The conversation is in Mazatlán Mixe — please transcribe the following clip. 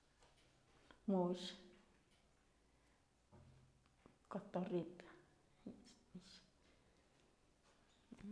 Mu'uxë, cotorrito.